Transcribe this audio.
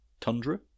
tundra